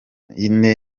yine